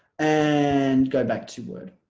and go back to word